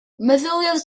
meddyliodd